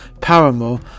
Paramore